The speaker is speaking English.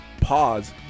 Pause